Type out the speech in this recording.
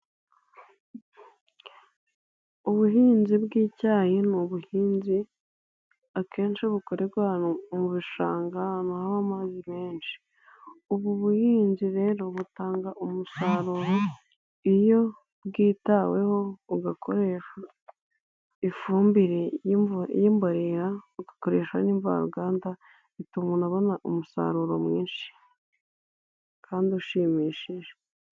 Ubuhinzi bw'icyayi ni ubuhinzi akenshi bukorerwa ahantu mu bishanga, ahantu hari amazi menshi, ubu buhinzi rero butanga umusaruro iyo bwitaweho, ugakoresha ifumbire y'imborera, ugakoreshasha n'imvaruganda, bituma umuntu abona umusaruro mwinshi kandi ushimishije.